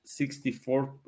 64